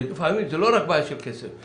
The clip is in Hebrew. זה לא רק בעיה של כסף.